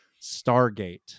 Stargate